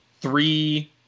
three